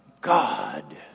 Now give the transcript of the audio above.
God